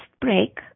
break